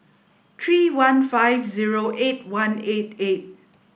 three one five zero eight one eight eight